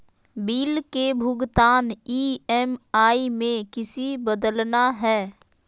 Bill के भुगतान EMI में किसी बदलना है?